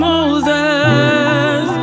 Moses